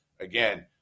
again